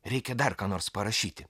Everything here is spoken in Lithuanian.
reikia dar ką nors parašyti